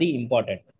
important